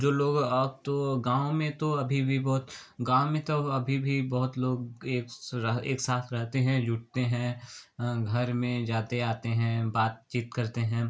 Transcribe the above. जो लोग अब तो गाँव में तो अभी भी बहुत गाँव में तो अभी भी बहुत लोग एक रह एक साथ रहते हैं जुटते हैं घर में जाते आते हैं बातचीत करते हैं